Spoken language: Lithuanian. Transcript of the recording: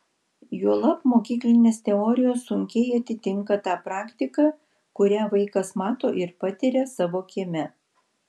juolab mokyklinės teorijos sunkiai atitinka tą praktiką kurią vaikas mato ir patiria savo kieme